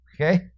okay